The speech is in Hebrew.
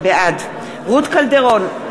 בעד רות קלדרון,